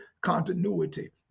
continuity